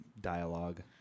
dialogue